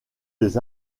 des